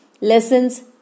lessons